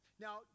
Now